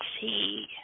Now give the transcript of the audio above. see